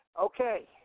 Okay